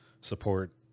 support